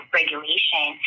regulation